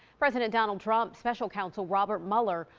president donald trump's special counsel robert mueller.